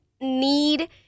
need